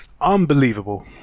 Unbelievable